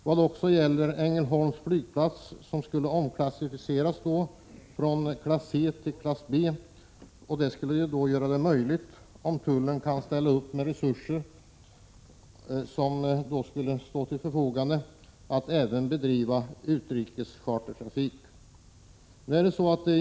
Vad gäller Ängelholms flygplats skulle en omklassificering från klass C till klass B göra det möjligt att, om tullen kan ställa resurser till förfogande, där även bedriva utrikes chartertrafik.